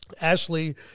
Ashley